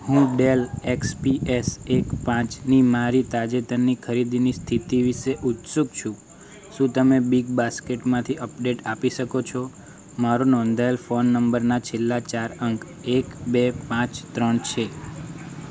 હું Dell XPS એક પાંચની મારી તાજેતરની ખરીદીની સ્થિતિ વિશે ઉત્સુક છું શું તમે બિગ બાસ્કેટમાંથી અપડેટ આપી શકો છો મારો નોંધાયેલ ફોન નંબરનાં છેલ્લાં ચાર અંક એક બે પાંચ ત્રણ છે